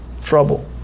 trouble